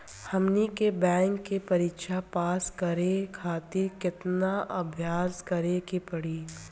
हमनी के बैंक के परीक्षा पास करे खातिर केतना अभ्यास करे के पड़ी?